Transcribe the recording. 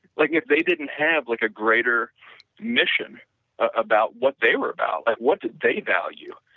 like if they didn't have like a greater mission about what they were about and what did they value.